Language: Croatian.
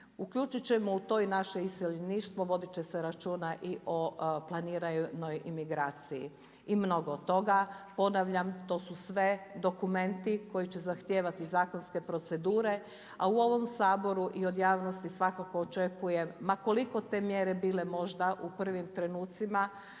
uključit ćemo u to i naše iseljeništvo, vodit će se računa i o planirano imigraciji i mnogo toga. Ponavljam to su sve dokumenti koji će zahtijevati zakonske procedure, a u ovom Saboru i od javnosti svakako očekujem ma koliko te mjere bile možda u prvim trenutcima